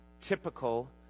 typical